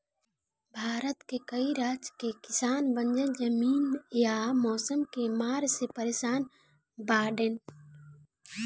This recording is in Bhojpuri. भारत के कई राज के किसान बंजर जमीन या मौसम के मार से परेसान बाड़ेन